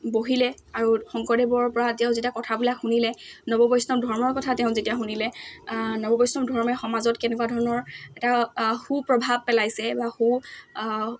বহিলে আৰু শংকৰদেৱৰ পৰা তেওঁ যেতিয়া কথাবিলাক শুনিলে নৱ বৈষ্ণৱ ধৰ্মৰ কথা তেওঁ যেতিয়া শুনিলে নৱ বৈষ্ণৱ ধৰ্মই সমাজত কেনেকুৱা ধৰণৰ এটা সু প্ৰভাৱ পেলাইছে বা সু